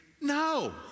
No